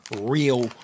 real